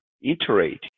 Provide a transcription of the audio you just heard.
iterate